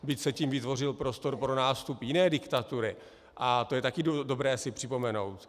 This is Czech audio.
Byť se tím vytvořil prostor pro nástup jiné diktatury, a to je také dobré si připomenout.